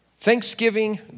Thanksgiving